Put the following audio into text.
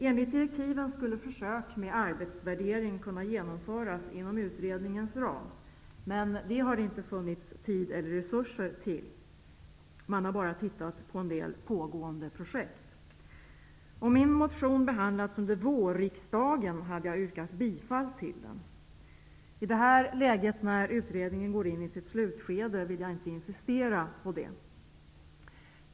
Enligt direktiven skulle försök med arbetsvärdering kunna genomföras inom utredningens ram. Men det har det inte funnits tid eller resurser till. Man har bara tittat på en del pågående projekt. Om min motion hade behandlats under vårriksdagen hade jag yrkat bifall till den. I det här läget, när utredningen går in i sitt slutskede, vill jag inte insistera på ett bifall.